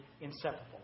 inseparable